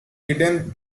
hidden